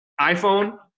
iPhone